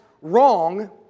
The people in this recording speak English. wrong